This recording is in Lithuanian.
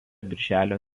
birželio